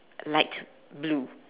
light blue